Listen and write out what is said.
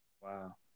wow